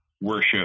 worship